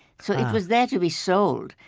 so it was there to be sold.